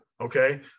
okay